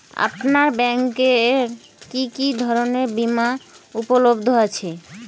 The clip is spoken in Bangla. আপনার ব্যাঙ্ক এ কি কি ধরনের বিমা উপলব্ধ আছে?